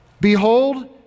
behold